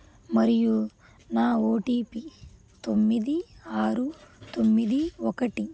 మరియు నా O T P తొమ్మిది ఆరు తొమ్మిది ఒకటి